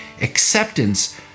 acceptance